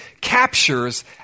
captures